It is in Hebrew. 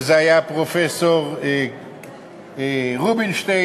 וזה היה פרופסור רובינשטיין,